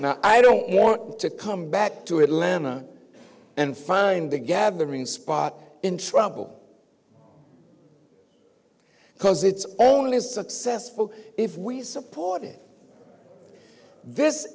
and i don't want to come back to atlanta and find a gathering spot in trouble because it's only successful if we supported this